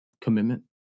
Commitment